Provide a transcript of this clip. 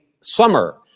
summer